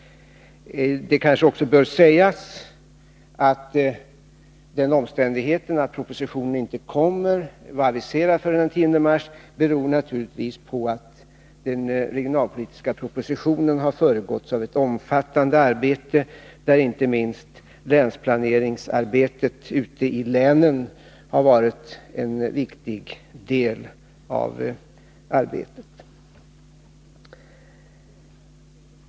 Det kanske också bör sägas att den omständigheten att propositionen inte var aviserad förrän till den 10 mars beror på att den regionalpolitiska propositionen har föregåtts av ett omfattande arbete, där inte minst regionalplaneringsarbetet ute i länen har varit en viktig del.